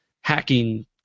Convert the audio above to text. hacking